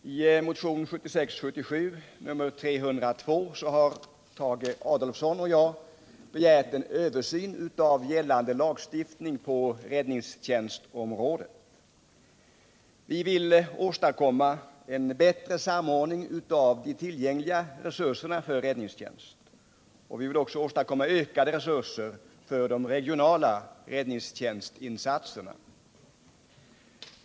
Herr talman! I motionen 1976/77:302 har Tage Adolfsson och jag begärt en översyn av gällande lagstiftning på räddningstjänstområdet. Vi vill åstadkomma en bättre samordning av de tillgängliga resurserna för räddningstjänst och åstadkomma ökade resurser för de regionala räddningstjänstinsatserna.